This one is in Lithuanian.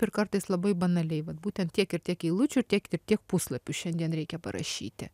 ir kartais labai banaliai vat būtent tiek ir tiek eilučių ir tiek ir tiek puslapių šiandien reikia parašyti